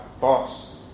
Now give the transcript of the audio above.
boss